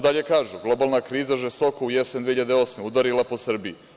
Dalje kažu: „Globalna kriza žestoko u jesen 2008. godine udarila po Srbiji.